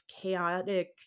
chaotic